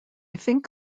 think